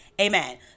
Amen